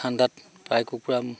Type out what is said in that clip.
ঠাণ্ডাত প্ৰায় কুকুৰা